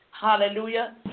Hallelujah